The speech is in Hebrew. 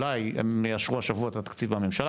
אולי הם יאשרו השבוע את התקציב בממשלה,